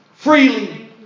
Freely